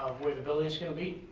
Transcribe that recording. the buildings gonna be.